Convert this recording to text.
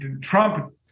Trump